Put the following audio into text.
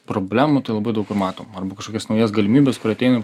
problemų tai labai daug kur matom arba kažkokias naujas galimybes kur ateinam